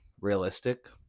realistic